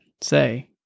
say